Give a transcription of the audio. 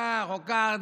כך או כך,